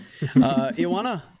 Iwana